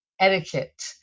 etiquette